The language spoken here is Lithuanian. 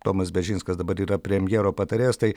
tomas beržinskas dabar yra premjero patarėjas tai